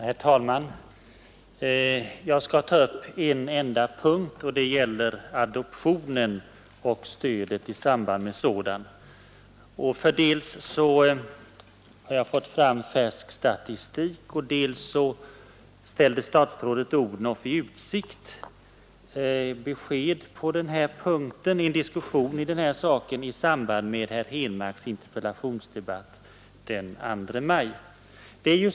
Herr talman! Jag skall bara ta upp en punkt i detta sammanhang nämligen adoptionsfrågan och det otillräckliga stödet i samband med den. Dels har jag fått fram färsk statistik om den saken, dels ställde statsrådet fru Odhnoff i utsikt ett besked på denna punkt i en diskussion härom i samband med besvarandet av herr Henmarks interpellation den 2 maj.